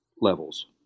levels